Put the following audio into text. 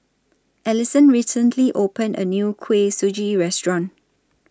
Allison recently opened A New Kuih Suji Restaurant